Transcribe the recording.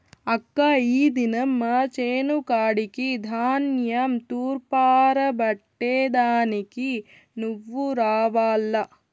అక్కా ఈ దినం మా చేను కాడికి ధాన్యం తూర్పారబట్టే దానికి నువ్వు రావాల్ల